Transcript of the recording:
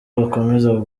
bakomeza